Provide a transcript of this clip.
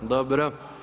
Dobro.